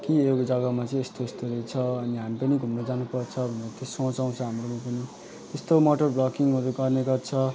कि यो जग्गामा चाहिँ यस्तो यस्तो रहेछ अनि हामी पनि घुम्न जानु पर्छ भनेर त्यो सोच आउँछ हाम्रोमा पनि त्यस्तो मोटर भ्लगिङहरू गर्ने गर्छ